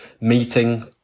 meeting